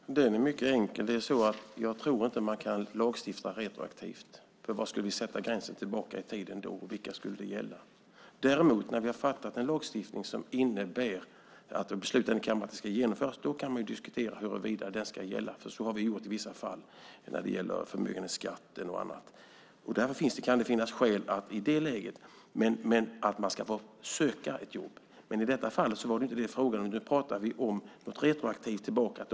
Fru talman! Den är mycket enkel. Jag tror nämligen inte att man kan lagstifta retroaktivt. Var skulle vi i så fall sätta gränsen bakåt i tiden? Och vilka skulle det gälla? När vi så småningom beslutat om en lagstiftning som innebär att det ska genomföras, ja, då kan man diskutera huruvida det ska gälla. Så har vi gjort i vissa fall när det gällt förmögenhetsskatt och annat. I det läget kan det finnas skäl att få söka ett jobb. I detta fall gällde frågan dock ett retroaktivt beslut.